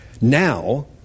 now